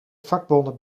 vakbonden